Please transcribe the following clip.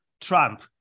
Trump